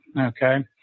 okay